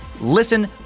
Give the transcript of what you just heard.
Listen